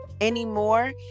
anymore